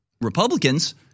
Republicans